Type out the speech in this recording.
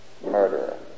murderer